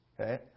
Okay